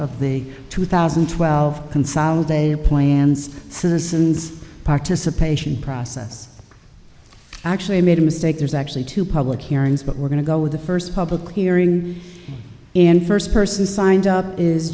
of the two thousand and twelve consolidated plans citizens participation process actually made a mistake there's actually two public hearings but we're going to go with the first public hearing in first person signed up is